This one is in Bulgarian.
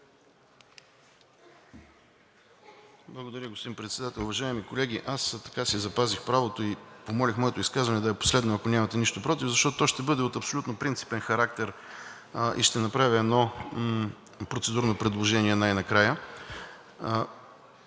Благодаря, господин Председател. Уважаеми колеги, аз си запазих правото и помолих моето изказване да е последно, ако нямате нищо против, защото то ще бъде от абсолютно принципен характер и ще направя едно процедурно предложение най-накрая.